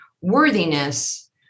worthiness